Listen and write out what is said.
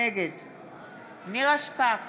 נגד נירה שפק,